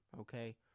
okay